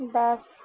دس